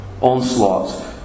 onslaught